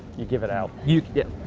you give it out. you get.